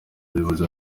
bayobozi